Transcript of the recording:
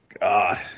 God